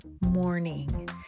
morning